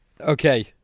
okay